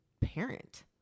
parent